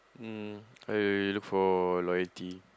um why you look for loyalty